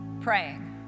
praying